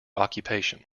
occupation